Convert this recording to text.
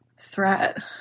threat